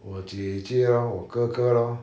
我姐姐 lor 我哥哥 lor